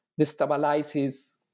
destabilizes